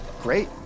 Great